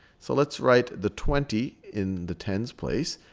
so let's write the twenty in the tens place,